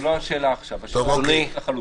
זו לא השאלה עכשיו, השאלה אחרת לחלוטין.